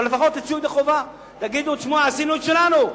אבל לפחות תצאו ידי חובה, תגידו: עשינו את שלנו.